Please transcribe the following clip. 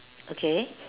okay